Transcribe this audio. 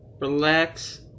relax